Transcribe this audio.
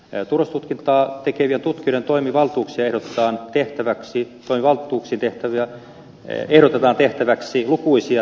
ja turku titaattikirjatut ja toimivaltuuksien turvallisuustutkintaa tekevien tutkijoiden toimivaltuuksiin ehdotetaan tehtäväksi lukuisia täsmennyksiä